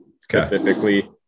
specifically